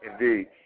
Indeed